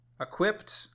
equipped